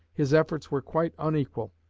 his efforts were quite unequal,